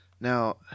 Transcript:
Now